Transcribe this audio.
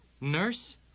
Nurse